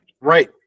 Right